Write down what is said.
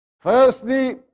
Firstly